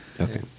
Okay